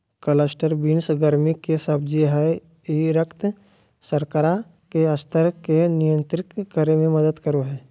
cluster beans गर्मि के सब्जी हइ ई रक्त शर्करा के स्तर के नियंत्रित करे में मदद करो हइ